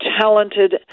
talented